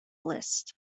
list